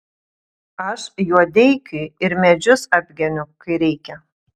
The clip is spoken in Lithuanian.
aš juodeikiui ir medžius apgeniu kai reikia